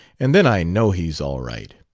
and then i know he's all right.